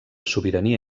sobirania